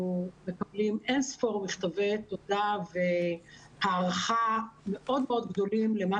אנחנו מקבלים אין ספור מכתבי תודה והערכה מאוד מאוד גדולים למה